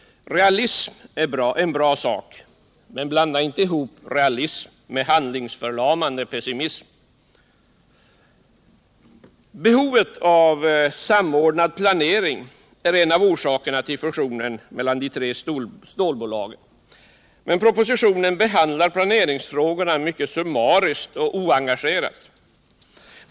Realism är en bra sak, men blanda inte ihop realism med handelsförlamande pessimism. Behovet av en samordnad planering är en av orsakerna till fusionen mellan de tre stålbolagen, men propositionen behandlar näringsfrågorna mycket summariskt och oengagerat.